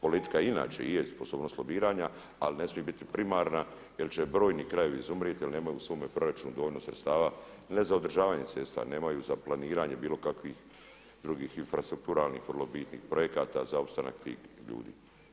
Politika inače i je sposobnost lobiranja ali ne smije biti primarna jer će brojni krajevi izumrijeti jer nemaju u svome proračunu dovoljno sredstava ne za održavanje cesta, nemaju za planiranje bilo kakvih drugih infrastrukturalnih, vrlo bitnih projekata za opstanak tih ljudi.